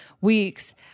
weeks